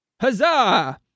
huzzah